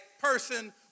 person